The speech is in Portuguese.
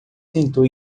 tentou